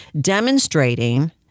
demonstrating